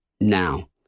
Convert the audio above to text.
Now